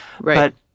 Right